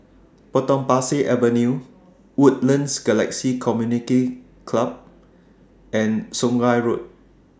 Potong Pasir Avenue Woodlands Galaxy Community Club and Sungei Road